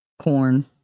Corn